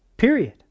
Period